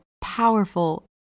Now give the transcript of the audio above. powerful